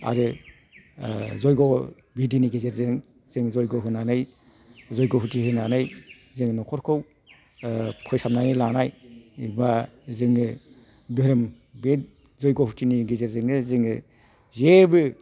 आरो जयग बिदिनि गेजेरजों जों जयग होनानै जयग हुथि होनानै जों न'खरखौ फोसाबनानै लानाय बा जोङो धोरोम बे जयग हुथि गेजेरजोंनो जोङो जेबो